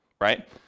right